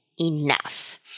enough